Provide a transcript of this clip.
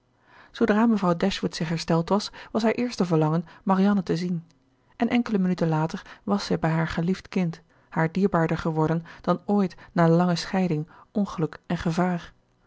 zoodra mevrouw dashwood zich hersteld had was haar eerste verlangen marianne te zien en enkele minuten later was zij bij haar geliefd kind haar dierbaarder geworden dan ooit na lange scheiding ongeluk en gevaar